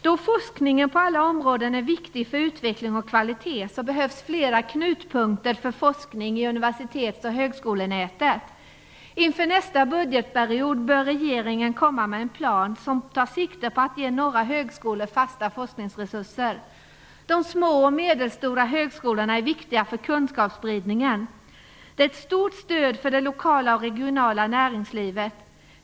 Då forskningen på alla områden är viktig för utveckling och kvalitet, så behövs flera knutpunkter för forskning i universitets och högskolenätet. Inför nästa budgetperiod bör regeringen komma med en plan som tar sikte på att ge några högskolor fasta forskningsresurser. De små och medelstora högskolorna är viktiga för kunskapsspridningen. De är ett stort stöd för det lokala och regionala näringslivet.